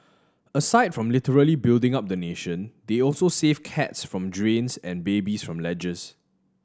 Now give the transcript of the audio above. aside from literally building up the nation they also save cats from drains and babies from ledges